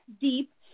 deep